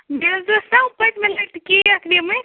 مےٚ حظ ٲسۍ نہ پٔتمہِ لٹہِ کیک نِمٕتۍ